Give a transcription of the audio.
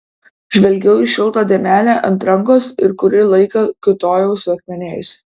žvelgiau į šiltą dėmelę ant rankos ir kurį laiką kiūtojau suakmenėjusi